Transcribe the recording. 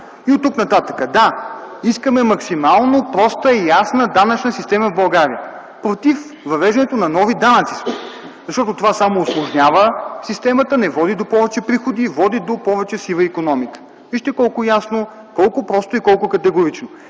Оттук нататък искаме максимално проста и ясна данъчна система в България. Ние сме против въвеждането на нови данъци, защото това само усложнява системата, не води до повече приходи, а води до повече сива икономика. Вижте колко е ясно, просто и категорично!